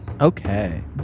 Okay